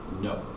no